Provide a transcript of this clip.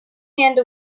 hand